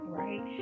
right